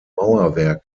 mauerwerk